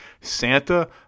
Santa